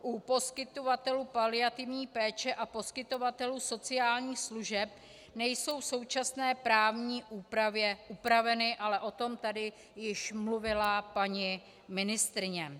U poskytovatelů paliativní péče a poskytovatelů sociálních služeb nejsou v současné právní úpravě upraveny, ale o tom tady již mluvila paní ministryně.